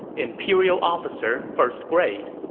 imperial officer first grade.